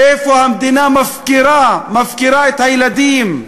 איפה שהמדינה מפקירה, מפקירה את הילדים,